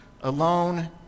alone